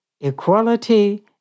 equality